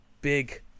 big